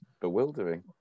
bewildering